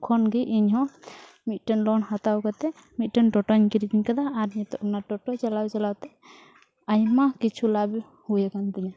ᱠᱷᱚᱱᱜᱮ ᱤᱧᱦᱚᱸ ᱢᱤᱫᱴᱟᱝ ᱦᱟᱛᱟᱣ ᱠᱟᱛᱮᱫ ᱢᱤᱫᱴᱟᱝ ᱤᱧ ᱠᱤᱨᱤᱧ ᱟᱠᱟᱫᱟ ᱟᱨ ᱱᱤᱛᱚᱜ ᱚᱱᱟ ᱪᱟᱞᱟᱣᱼᱪᱟᱞᱟᱣᱛᱮ ᱟᱭᱢᱟ ᱠᱤᱪᱷᱩ ᱞᱟᱵᱷ ᱦᱩᱭ ᱟᱠᱟᱱᱛᱤᱧᱟᱹ